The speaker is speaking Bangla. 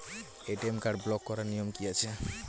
এ.টি.এম কার্ড ব্লক করার নিয়ম কি আছে?